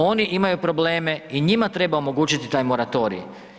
Oni imaju probleme i njima treba omogućiti taj moratorij.